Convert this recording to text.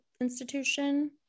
institution